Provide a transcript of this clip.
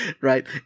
Right